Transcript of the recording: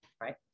right